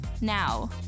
Now